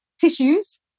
tissues